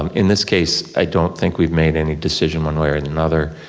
um in this case, i don't think we've made any decision one way or and another,